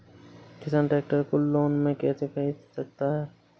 किसान ट्रैक्टर को लोन में कैसे ख़रीद सकता है?